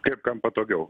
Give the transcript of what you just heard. ir kam patogiau